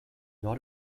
not